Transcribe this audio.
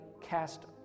cast